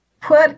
put